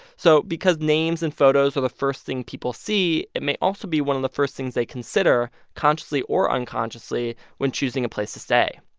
so because names and photos are the first thing people see, it may also be one of the first things they consider, consciously or unconsciously, when choosing a place to stay.